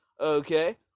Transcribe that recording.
okay